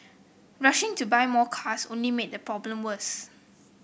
rushing to buy more cars only made the problem worse